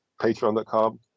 patreon.com